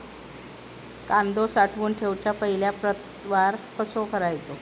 कांदो साठवून ठेवुच्या पहिला प्रतवार कसो करायचा?